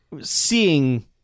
seeing